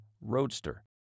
roadster